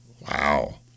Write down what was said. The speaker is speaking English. Wow